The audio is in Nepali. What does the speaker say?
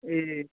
ए